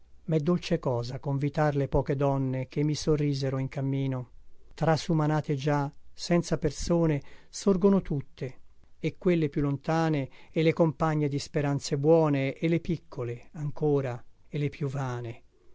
roche mè dolce cosa convitar le poche donne che mi sorrisero in cammino trasumanate già senza persone sorgono tutte e quelle più lontane e le compagne di speranze buone e le piccole ancora e le